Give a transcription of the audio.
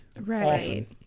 Right